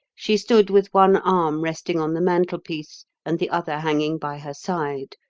she stood with one arm resting on the mantelpiece and the other hanging by her side,